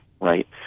right